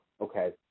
okay